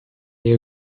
you